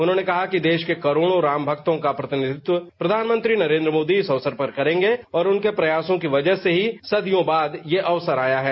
उन्होंने कहा कि देश के करोड़ो राम भक्तों का प्रतिनिधित्व प्रधानमंत्री नरेंद्र मोदी इस अवसर पर करेंगे और उनके प्रयासों की वजह से ही सदियों बाद यह अवसर आया है